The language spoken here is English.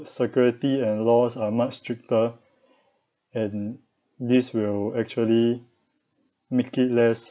security and laws are much stricter and this will actually make it less